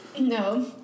no